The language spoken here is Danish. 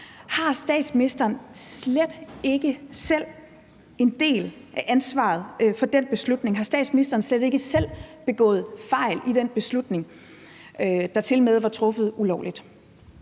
Har statsministeren slet ikke selv en del af ansvaret for den beslutning? Har statsministeren slet ikke selv begået fejl i den beslutning, der tilmed var truffet ulovligt?